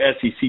SEC